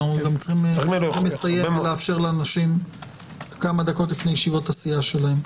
אנחנו צריכים לסיים ולאפשר לאנשים כמה דקות לפני ישיבות הסיעה שלהם.